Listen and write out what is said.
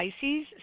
Pisces